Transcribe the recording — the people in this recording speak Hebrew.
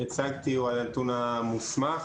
הצגתי הוא הנתון המוסמך,